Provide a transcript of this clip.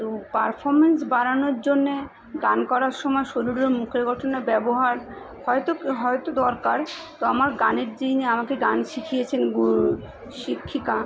তো পারফর্ম্যান্স বাড়ানোর জন্য গান করার সময় শরীর ও মুখের গঠনের ব্যবহার হয়তো হয়তো দরকার তো আমার গানের যিনি আমাকে গান শিখিয়েছেন গুরু শিক্ষিকা